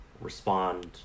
respond